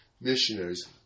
missionaries